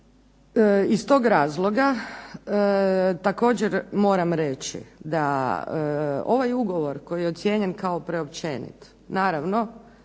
Iz tog razloga također moram reći da ovaj ugovor koji je ocijenjen kao preopćenit, naravno